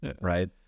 right